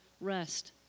rest